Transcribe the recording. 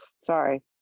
sorry